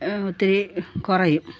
ഒത്തിരി കുറയും